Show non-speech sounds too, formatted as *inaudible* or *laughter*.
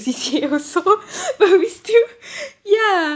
C_C_A also *laughs* but we still ya